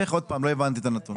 לא הבנתי את הנתון.